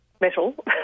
metal